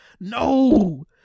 no